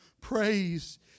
Praise